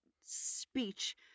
speech